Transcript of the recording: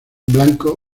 blanco